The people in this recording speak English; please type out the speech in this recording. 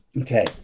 Okay